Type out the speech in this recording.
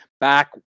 back